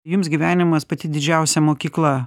jums gyvenimas pati didžiausia mokykla